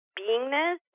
beingness